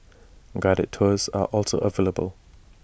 guided tours are also available